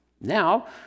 Now